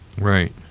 Right